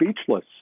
speechless